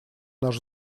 наш